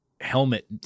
helmet